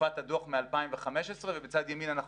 מתקופת הדוח מ-2015 ובצד ימין אנחנו